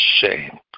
shame